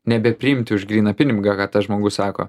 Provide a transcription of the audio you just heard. nebepriimti už gryną pinigą ką tas žmogus sako